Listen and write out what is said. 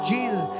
Jesus